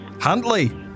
Huntley